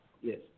Yes